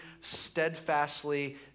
steadfastly